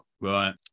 Right